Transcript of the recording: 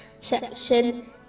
section